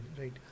right